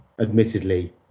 admittedly